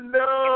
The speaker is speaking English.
no